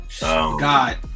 God